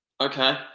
Okay